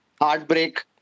Heartbreak